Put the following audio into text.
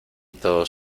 todos